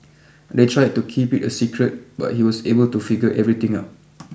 they tried to keep it a secret but he was able to figure everything out